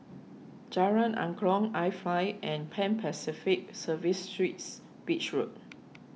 Jalan Angklong iFly and Pan Pacific Serviced Suites Beach Road